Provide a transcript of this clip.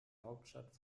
hauptstadt